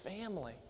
family